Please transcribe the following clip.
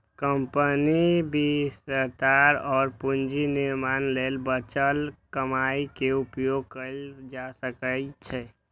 कंपनीक विस्तार और पूंजी निर्माण लेल बचल कमाइ के उपयोग कैल जा सकै छै